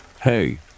hey